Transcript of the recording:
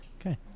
Okay